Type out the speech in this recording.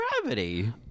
Gravity